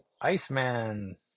Iceman